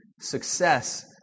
success